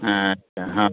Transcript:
ଆଚ୍ଛା ହଁ